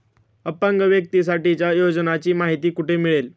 अपंग व्यक्तीसाठीच्या योजनांची माहिती कुठे मिळेल?